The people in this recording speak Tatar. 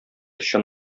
чын